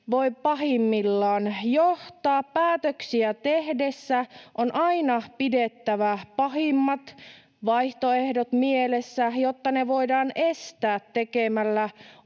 voi pahimmillaan johtaa. Päätöksiä tehdessä on aina pidettävä pahimmat vaihtoehdot mielessä, jotta ne voidaan estää tekemällä